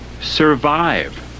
Survive